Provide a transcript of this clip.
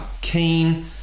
keen